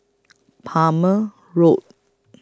Palmer Road